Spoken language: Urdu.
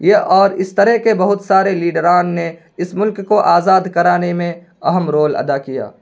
یہ اور اس طرح کے بہت سارے لیڈران نے اس ملک کو آزاد کرانے میں اہم رول ادا کیا